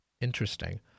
Interesting